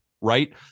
Right